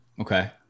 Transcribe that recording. okay